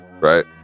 Right